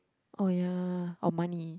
oh yea or money